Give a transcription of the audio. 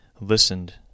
listened